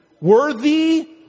Worthy